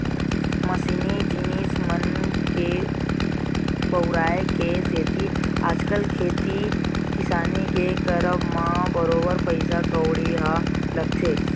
मसीनी जिनिस मन के बउराय के सेती आजकल खेती किसानी के करब म बरोबर पइसा कउड़ी ह लगथे